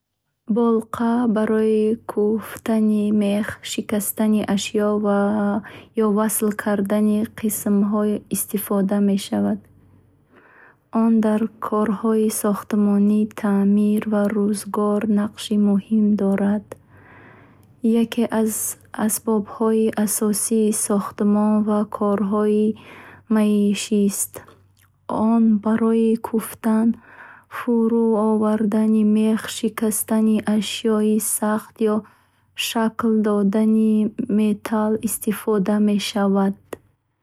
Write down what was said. Блока барои кӯфтани мех, шикастани ашё ё васл кардани қисмҳо истифода мешавад. Он дар корҳои сохтмон таъмир ва рӯзгор нақши муҳим дорад. Яке аз асбобҳои асосии сохтмон ва корҳои маишист. Он барои кӯфтан, фуровардани мех, шикастани ашёи сахт ё шакл додани металл истифода мешавад.